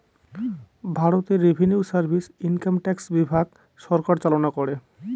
ভারতে revenue service income tax বিভাগ সরকার চালনা করে